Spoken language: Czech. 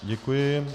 Děkuji.